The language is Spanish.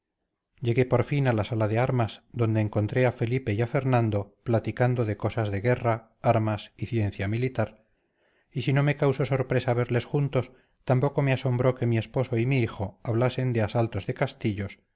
llegué por fin a la sala de armas donde encontré a felipe y a fernando platicando de cosas de guerra armas y ciencia militar y si no me causó sorpresa verles juntos tampoco me asombró que mi esposo y mi hijo hablasen de asaltos de castillos